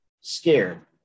scared